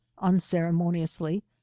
unceremoniously